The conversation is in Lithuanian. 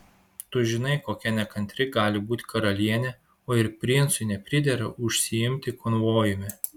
tu žinai kokia nekantri gali būti karalienė o ir princui nepridera užsiimti konvojumi